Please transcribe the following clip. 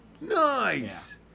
Nice